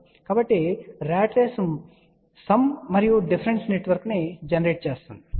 కాబట్టి rat race మొత్తం మరియు వ్యత్యాస నెట్వర్క్ను జనరేట్ చేస్తుందని మీకు తెలుసు